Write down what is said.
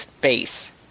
base